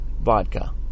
vodka